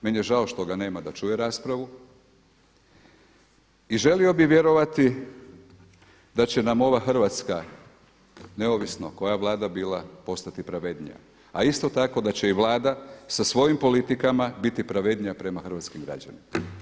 Meni je žao što ga nema da čuje raspravu i želio bi vjerovati da će nam ova Hrvatska neovisno koja Vlada bila postati pravednija a isto tako da će i Vlada sa svojim politikama biti pravednija prema hrvatskim građanima.